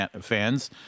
fans